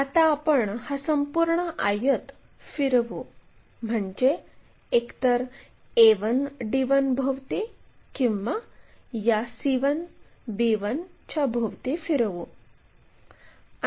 आता आपण हा संपूर्ण आयत फिरवू म्हणजे एकतर a1 d1 भोवती किंवा या b1 c1 च्या भोवती फिरवू